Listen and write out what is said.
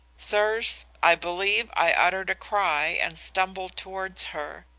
sirs, i believe i uttered a cry and stumbled towards her.